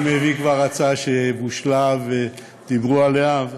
אני מביא הצעה שכבר בושלה ודיברו עליה.